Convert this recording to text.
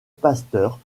pasteur